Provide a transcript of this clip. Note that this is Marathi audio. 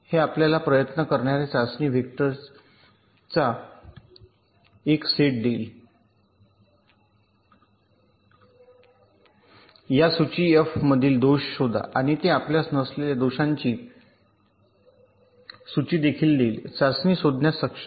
हे आपल्याला प्रयत्न करणार्या चाचणी वेक्टर चा एक सेट देईल या सूची एफ मधील दोष शोधा आणि ते आपल्यास नसलेल्या दोषांची सूची देखील देईल चाचणी शोधण्यात सक्षम